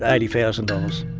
eighty thousand dollars,